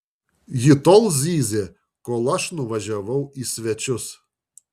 ji tol zyzė kol aš nuvažiavau į svečius